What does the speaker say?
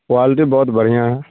quality بہت بڑھیا ہیں